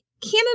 Canada